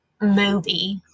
movie